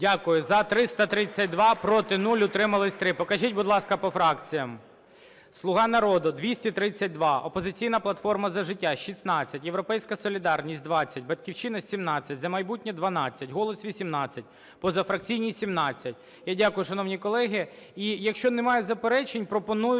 Дякую. За - 332, проти – 0, утримались – 3. Покажіть, будь ласка, по фракціям. "Слуга народу" – 232, "Опозиційна платформа – За життя" – 16, "Європейська солідарність" – 20, "Батьківщина" – 17, "За майбутнє" – 12, "Голос" – 18, позафракційні – 17. Я дякую, шановні колеги.